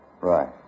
Right